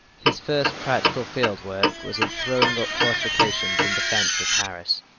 his first practical field work was in throwing up fortifications in defence of paris.